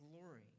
glory